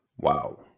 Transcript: Wow